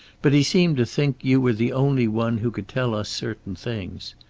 but he seemed to think you were the only one who could tell us certain things.